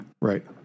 Right